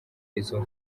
izo